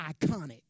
iconic